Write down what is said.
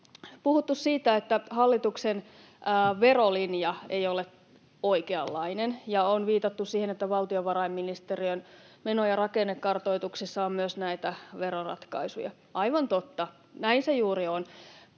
on puhuttu siitä, että hallituksen verolinja ei ole oikeanlainen ja on viitattu siihen, että valtiovarainministeriön meno- ja rakennekartoituksessa on myös näitä veroratkaisuja. Aivan totta, näin se juuri on.